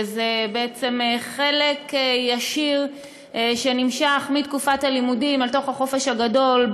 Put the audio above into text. וזה בעצם חלק ישיר שנמשך מתקופת הלימודים אל תוך החופש הגדול,